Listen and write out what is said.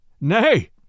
Nay